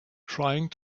trying